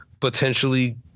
potentially